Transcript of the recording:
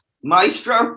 Maestro